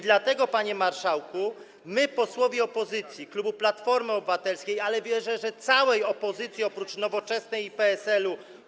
Dlatego, panie marszałku, my, posłowie opozycji, klubu Platformy Obywatelskiej, ale wierzę, że całej opozycji, obok Nowoczesnej i PSL.